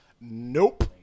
Nope